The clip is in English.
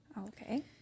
Okay